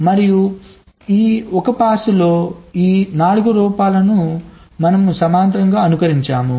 మరియు ఈ 1 పాస్లో ఈ 4 లోపాలు మనం సమాంతరంగా అనుకరించాము